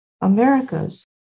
America's